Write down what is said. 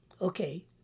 okay